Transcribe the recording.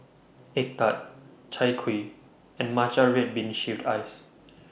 Egg Tart Chai Kuih and Matcha Red Bean Shaved Ice